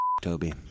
Toby